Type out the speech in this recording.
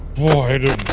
boy i didn't